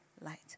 light